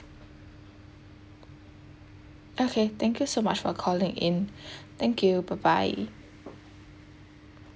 okay thank you so much for calling in thank you bye bye